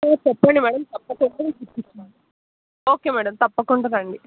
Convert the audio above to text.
చెప్పండి మ్యాడమ్ తప్పకుండా ఇస్తాను ఓకే మ్యాడమ్ తప్పకుండా రండి